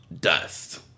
dust